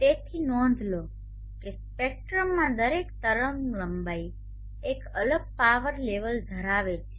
તેથી નોંધ લો કે સ્પેક્ટ્રમમાં દરેક તરંગલંબાઇ એક અલગ પાવર લેવલ ધરાવે છે